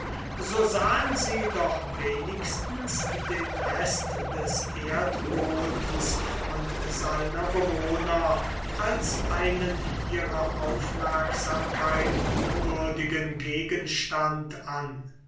so sahen sie doch wenigstens den rest des erdbodens und seiner bewohner als einen ihrer aufmerksamkeit unwürdigen gegenstand an